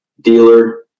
dealer